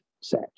set